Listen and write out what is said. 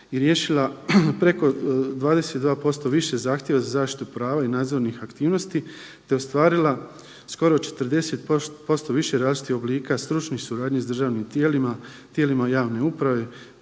i riješila preko 22% više zahtjeva za zaštitu prava i nadzornih aktivnosti, te ostvarila skoro 40% više različitih oblika stručnih suradnji s državnim tijelima, tijelima javne uprave,